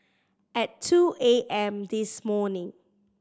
at two A M this morning